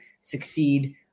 succeed